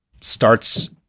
starts